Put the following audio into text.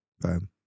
Bam